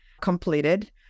completed